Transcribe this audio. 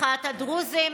מחאת הדרוזים,